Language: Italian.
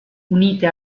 unite